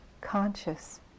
conscious